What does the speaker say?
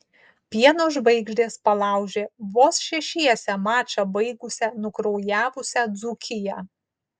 pieno žvaigždės palaužė vos šešiese mačą baigusią nukraujavusią dzūkiją